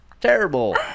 terrible